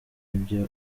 ibyo